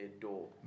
door